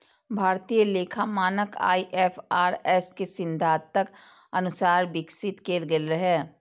भारतीय लेखा मानक आई.एफ.आर.एस के सिद्धांतक अनुसार विकसित कैल गेल रहै